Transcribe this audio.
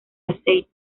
aceite